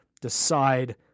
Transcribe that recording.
decide